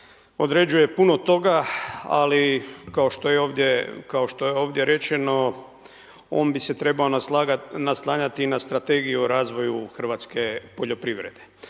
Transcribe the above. određuje puno toga, ali kao što je ovdje rečeno on bi se trebao naslanjati na Strategiju o razvoju hrvatske poljoprivrede.